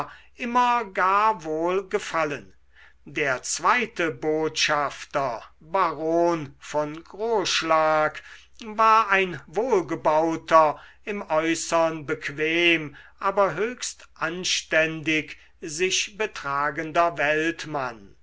immer gar wohl gefallen der zweite botschafter baron von groschlag war ein wohlgebauter im äußern bequem aber höchst anständig sich betragender weltmann